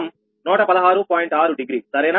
6 degree సరేనా